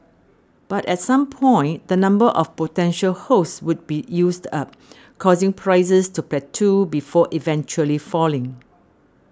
but at some point the number of potential host would be used up causing prices to plateau before eventually falling